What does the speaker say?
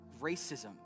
racism